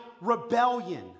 rebellion